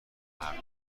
مردم